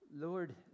Lord